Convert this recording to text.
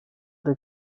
der